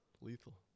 Lethal